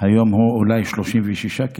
והיום הוא אולי 36 ק"ג,